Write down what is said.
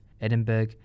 Edinburgh